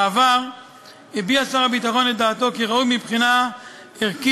בעבר הביע שר הביטחון את דעתו כי ראוי מבחינה ערכית